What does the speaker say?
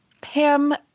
Pam